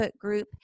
group